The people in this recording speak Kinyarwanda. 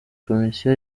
komisiyo